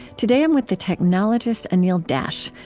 today, i'm with the technologist anil dash,